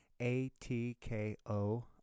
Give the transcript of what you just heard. A-T-K-O